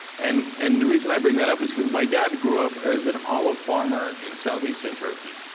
and and the reason i bring that up is because my dad grew up as an olive farmer in southeastern turkey.